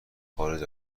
خارج